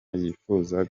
yifuzaga